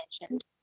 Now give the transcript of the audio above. mentioned